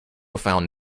found